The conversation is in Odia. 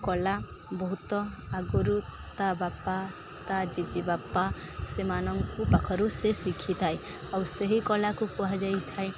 କଳା ବହୁତ ଆଗରୁ ତା ବାପା ତା ଜେଜେ ବାପା ସେମାନଙ୍କ ପାଖରୁ ସେ ଶିଖିଥାଏ ଆଉ ସେହି କଳାକୁ କୁହାଯାଇଥାଏ